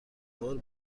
بار